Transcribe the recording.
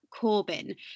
Corbyn